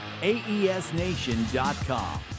aesnation.com